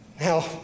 Now